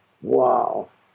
wow